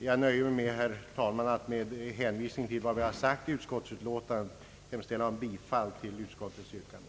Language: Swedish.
Jag nöjer mig, herr talman, med att under hänvisning till vad som anförts i utskottsutlåtandet hemställa om bifall till utskottets yrkande.